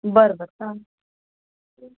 बरं बरं चालेल